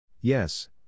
Yes